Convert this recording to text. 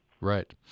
Right